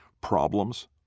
problems